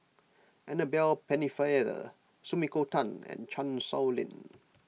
Annabel Pennefather Sumiko Tan and Chan Sow Lin